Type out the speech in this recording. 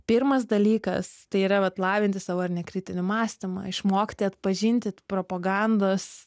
pirmas dalykas tai yra vat lavinti savo ar ne kritinį mąstymą išmokti atpažinti propagandos